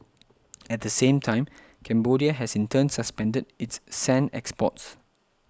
at the same time Cambodia has in turn suspended its sand exports